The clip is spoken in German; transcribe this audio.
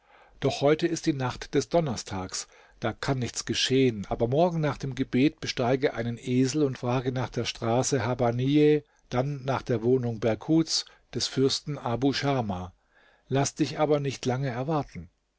doch heute ist die nacht des donnerstags da kann nichts geschehen aber morgen nach dem gebet besteige einen esel und frage nach der straße habbanijeh dann nach der wohnung berkuts des fürsten abu schama laß dich aber nicht lange erwarten